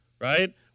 right